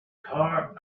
car